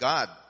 God